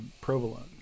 provolone